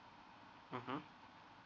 mmhmm